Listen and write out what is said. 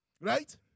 Right